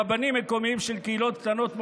רבנים מקומיים של קהילות קטנות,